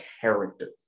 character